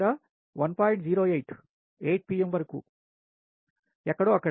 08 8pm వరకు ఎక్కడో అక్కడ